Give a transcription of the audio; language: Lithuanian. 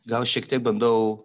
gal šiek tiek bandau